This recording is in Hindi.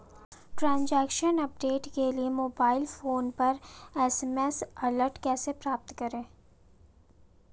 ट्रैन्ज़ैक्शन अपडेट के लिए मोबाइल फोन पर एस.एम.एस अलर्ट कैसे प्राप्त करें?